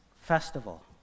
festival